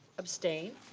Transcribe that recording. abstained?